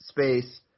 space